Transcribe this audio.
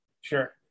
sure